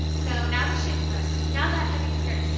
no, now the shoes, mark now that heavy skirt,